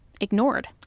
ignored